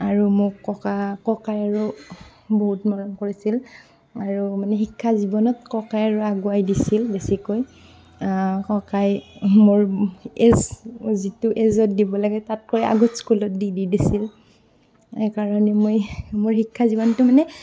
আৰু মোক ককা ককায়ে আৰু বহুত মৰম কৰিছিল আৰু মানে শিক্ষাজীৱনত ককায়ে আৰু আগুৱাই দিছিল বেছিকৈ ককায়ে মোৰ এজ যিটো এজত দিব লাগে তাতকৈ আগত স্কুলত দি দি দিছিল সেইকাৰণে মই মোৰ শিক্ষাজীৱনটো মানে